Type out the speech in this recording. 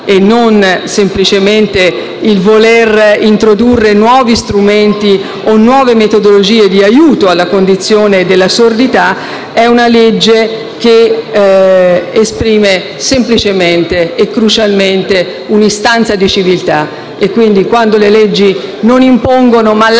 vuole semplicemente introdurre nuovi strumenti o nuove metodologie di aiuto alla condizione della sordità; un provvedimento che esprime semplicemente e crucialmente un'istanza di civiltà. E quando le leggi non impongono, ma lasciano